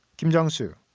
kim jung-soo,